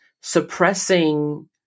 suppressing